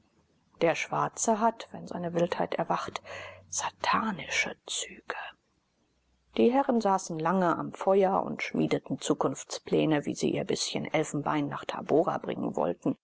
der schwarze hat wenn seine wildheit erwacht satanische züge die herren saßen lange am feuer und schmiedeten zukunftspläne wie sie ihr bißchen elfenbein nach tabora bringen wollten